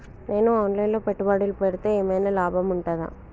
నేను online లో పెట్టుబడులు పెడితే ఏమైనా లాభం ఉంటదా?